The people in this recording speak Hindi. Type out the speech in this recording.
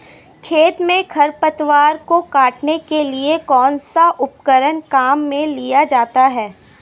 खेत में खरपतवार को काटने के लिए कौनसा उपकरण काम में लिया जाता है?